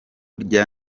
rya